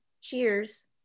Cheers